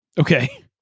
Okay